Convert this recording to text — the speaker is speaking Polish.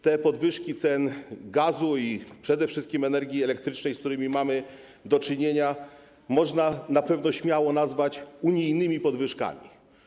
Te podwyżki cen gazu i przede wszystkim energii elektrycznej, z którymi mamy do czynienia, można na pewno śmiało nazwać unijnymi podwyżkami.